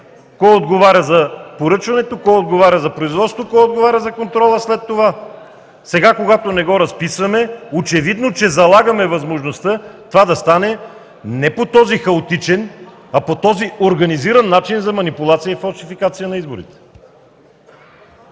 кой отговаря за поръчването, кой – за производството, кой – за контрола след това? Сега, когато не го разписваме, очевидно че залагаме възможността това да стане не по този хаотичен, а по този организиран начин за манипулация и фалшификация на изборите!